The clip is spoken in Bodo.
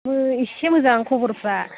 आंबो इसे मोजां खबरफोरा